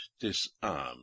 disarmed